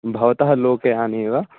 भवतः लोकयाने वा